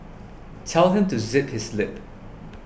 tell him to zip his lip